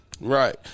right